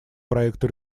проекту